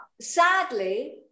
sadly